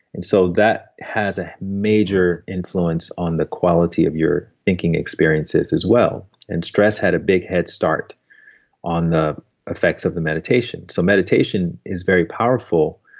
and so that has a major influence on the quality of your thinking experiences as well and stress had a big head start on the effects of the meditation. so meditation is very powerful,